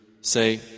Say